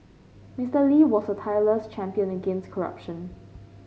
Mister Lee was a tireless champion against corruption